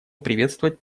приветствовать